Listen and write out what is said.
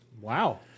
Wow